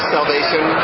Salvation